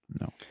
No